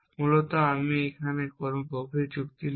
মূলত আমি এখানে কোন গভীর যুক্তি নই